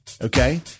okay